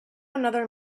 another